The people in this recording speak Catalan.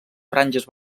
franges